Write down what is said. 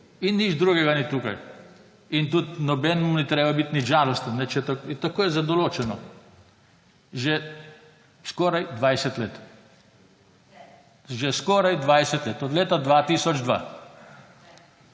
In nič drugega ni tukaj. In tudi nobenemu ni treba biti nič žalosten, tako je določeno že skoraj 20 let. Že skoraj 20 let od leta 2002.